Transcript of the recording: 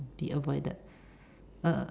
be avoided uh